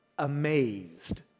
Amazed